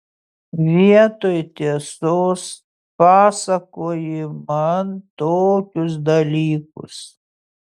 vietoj tiesos pasakoji man tokius dalykus